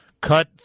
Cut